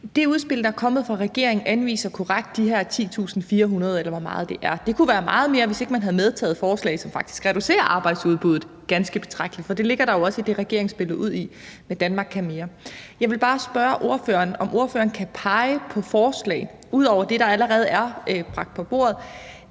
Det udspil, der er kommet fra regeringen, anviser korrekt de her 10.400, eller hvor meget det er. Det kunne være meget mere, hvis ikke man havde medtaget forslag, som faktisk reducerer arbejdsudbuddet ganske betragteligt, for det ligger der jo også i det, regeringen spillede ud med i »Danmark kan mere I«. Jeg vil bare spørge ordføreren, om ordføreren kan pege på forslag ud over det, der allerede er bragt på bordet,